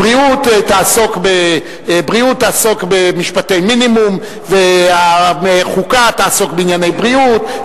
בריאות תעסוק בעונשי מינימום והחוקה תעסוק בענייני בריאות,